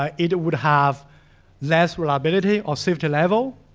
um it would have less reliability of safety level.